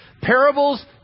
Parables